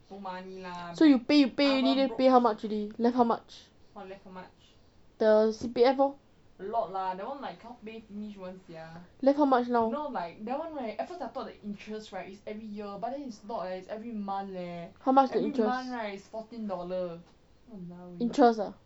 so you pay you pay already then pay how much already left how much the C_P_F lor left how much now how much the interest interest ah